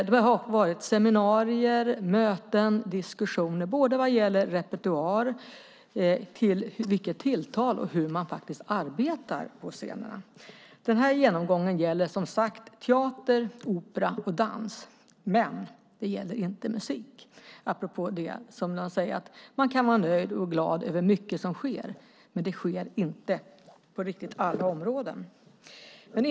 Det har varit seminarier, möten och diskussioner, både vad gäller repertoar, vilket tilltal man har och hur man faktiskt arbetar på scenerna. Den här genomgången gäller som sagt var teater, opera och dans. Det gäller inte musikens område. Man kan vara nöjd och glad över mycket som sker, men det sker inte på riktigt alla områden.